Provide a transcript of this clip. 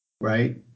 Right